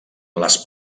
les